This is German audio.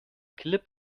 klipp